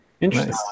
Interesting